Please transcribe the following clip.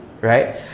right